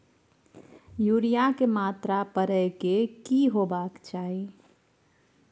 Urea के मात्रा परै के की होबाक चाही?